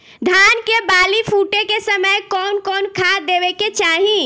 धान के बाली फुटे के समय कउन कउन खाद देवे के चाही?